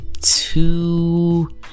two